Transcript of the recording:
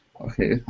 okay